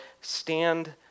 stand